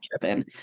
driven